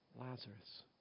Lazarus